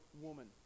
woman